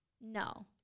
No